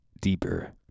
deeper